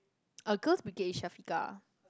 uh girls brigade is Shafiqah